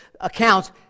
accounts